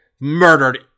murdered